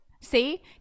See